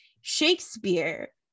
Shakespeare